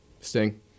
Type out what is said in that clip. Sting